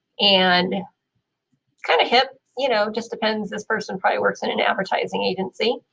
and kind of hip, you know, just depends this person probably works in an advertising agency.